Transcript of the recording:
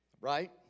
Right